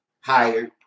hired